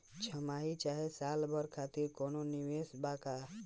छमाही चाहे साल भर खातिर कौनों निवेश बा का?